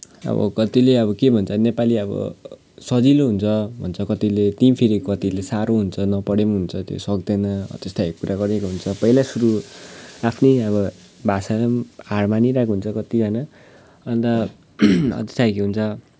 अब कतिले अब के भन्छ भने नेपाली अब सजिलो हुन्छ भन्छ कतिले त्यहीँ फेरि कतिले साह्रो नपढे पनि हुन्छ त्यो सक्दैन हो त्यस्तो खालको कुरा गरिएको हुन्छ पहिला सुरु आफ्नै अब भाषामा पनि हार मानिरहेको हुन्छ कतिजना अन्त हो त्यस्तो खालको हुन्छ